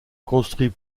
construits